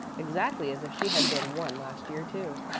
exactly as if she had been one last year too.